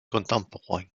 contemporain